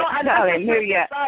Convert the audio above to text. hallelujah